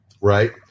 Right